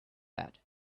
that